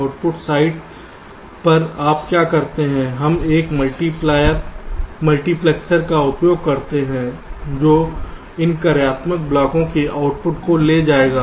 output side पर आप क्या करते हैं हम एक मल्टीप्लैक्सर का उपयोग करते हैं जो इन कार्यात्मक ब्लॉकों के आउटपुट को ले जाएगा